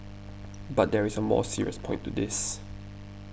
but there is a more serious point to this